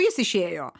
jis išėjo